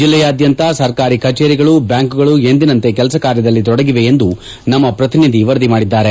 ಜಿಲ್ಲೆಯಾದ್ಯಂತ ಸರ್ಕಾರಿ ಕಚೇರಿಗಳು ಬ್ಯಾಂಕ್ಗಳು ಎಂದಿನಂತೆ ಕೆಲಸ ಕಾರ್ಯದಲ್ಲಿ ತೊಡಗಿವೆ ಎಂದು ನಮ್ಮ ಪ್ರತಿನಿಧಿ ವರದಿ ಮಾಡಿದ್ದಾರೆ